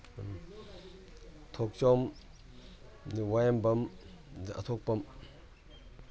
ꯊꯣꯛꯆꯣꯝ ꯑꯗꯒꯤ ꯋꯥꯍꯦꯡꯕꯝ ꯑꯗꯒꯤ ꯑꯊꯣꯛꯄꯝ